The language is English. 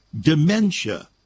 dementia